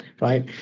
Right